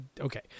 okay